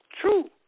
True